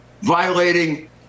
Violating